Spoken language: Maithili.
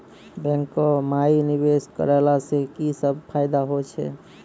बैंको माई निवेश कराला से की सब फ़ायदा हो छै?